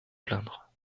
plaindre